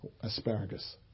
Asparagus